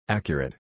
Accurate